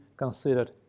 Considered